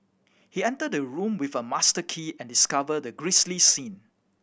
he entered the room with a master key and discovered the grisly scene